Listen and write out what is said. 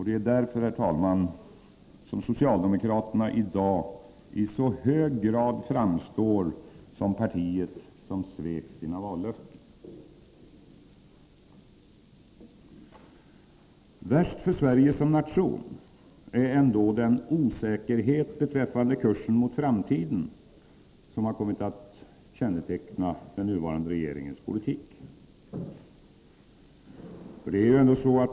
Det är därför, herr talman, som socialdemokraterna i dag i så hög grad framstår som partiet som svek sina vallöften. Värst för Sverige som nation är ändå den osäkerhet beträffande kursen mot framtiden som har kommit att känneteckna den nuvarande regeringens politik.